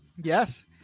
Yes